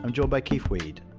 i'm joined by keith weed,